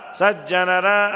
sajjanara